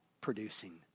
producing